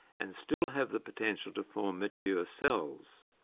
and still have the potential to form mature cells.